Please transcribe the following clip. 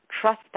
trust